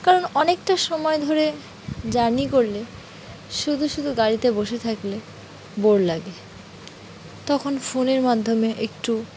কারণ অনেকটা সময় ধরে জার্নি করলে শুধু শুধু গাড়িতে বসে থাকলে বোর লাগে তখন ফোনের মাধ্যমে একটু